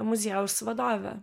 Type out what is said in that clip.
muziejaus vadovė